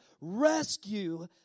rescue